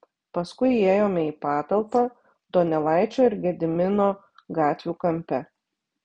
paskui įėjome į patalpą donelaičio ir gedimino gatvių kampe